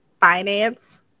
finance